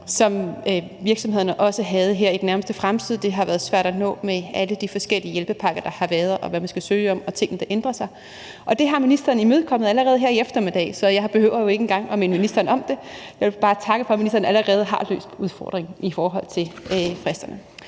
som virksomhederne også havde her i den nærmeste fremtid. Det har været svært at nå med alle de forskellige hjælpepakker, der har været, og hvad man skal søge om, og tingene, der ændrer sig. Og det har ministeren imødekommet allerede her i eftermiddag, så jeg behøver jo ikke engang at minde ministeren om det. Jeg vil bare takke for, at ministeren allerede har løst udfordringen i forhold til fristerne.